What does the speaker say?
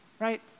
Right